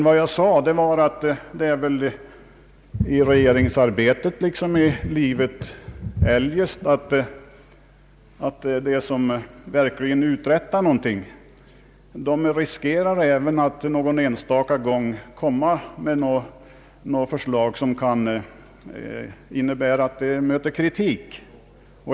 Vad jag sade var att i regeringsarbetet liksom eljest i livet är det väl så, att de som verkligen uträttar någonting också riskerar att någon enstaka gång komma med förslag som möts av kritik.